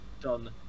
done